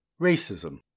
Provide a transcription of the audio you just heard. Racism